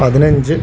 പതിനഞ്ച്